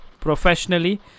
professionally